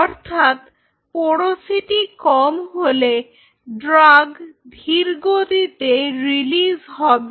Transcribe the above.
অর্থাৎ পোরোসিটি কম হলে ড্রাগ ধীরগতিতে রিলিজ হবে